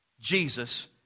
Jesus